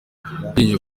ashingiye